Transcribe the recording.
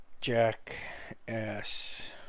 Jackass